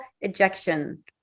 ejection